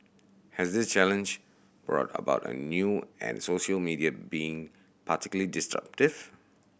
has this challenge brought about a new and social media been particularly disruptive